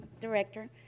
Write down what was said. director